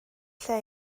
lle